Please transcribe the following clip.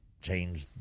change